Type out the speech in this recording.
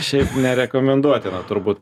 šiaip nerekomenduotina turbūt